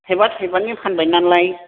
थाइबा थाइबानि फानबाय नालाय